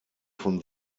von